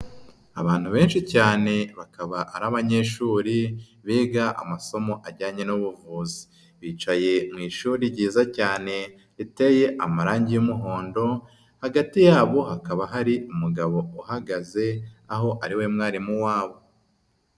Abantu benshi cyane bakaba ari abanyeshuri biga amasomo ajyanye n'ubuvuzi, bicaye mu ishuri ryiza cyane, riteye amarangi y'umuhondo hagati yabo hakaba hari umugabo uhagaze, aho ari we mwarimu wabo.